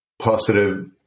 positive